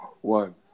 One